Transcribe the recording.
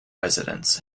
residents